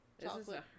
Chocolate